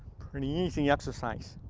pretty easy exercise.